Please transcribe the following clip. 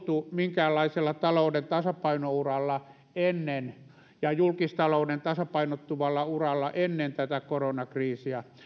olleet minkäänlaisella talouden tasapainouralla ja julkistalouden tasapainottuvalla uralla ennen tätä koronakriisiä